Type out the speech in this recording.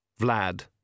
Vlad